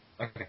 Okay